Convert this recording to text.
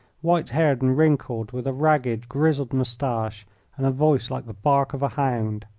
white-haired and wrinkled, with a ragged, grizzled moustache and a voice like the bark of a hound.